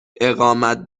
اقامت